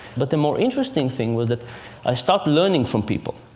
but the more interesting thing was that i started learning from people.